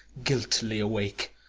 guiltily awake,